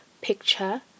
picture